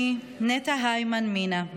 אני נטע הימן מינה,